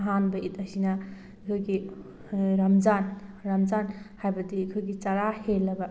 ꯑꯍꯥꯟꯕ ꯏꯠ ꯑꯁꯤꯅ ꯑꯩꯈꯣꯏꯒꯤ ꯔꯝꯖꯥꯟ ꯔꯝꯖꯥꯟ ꯍꯥꯏꯕꯗꯤ ꯑꯩꯈꯣꯏꯒꯤ ꯆꯔꯥ ꯍꯦꯜꯂꯕ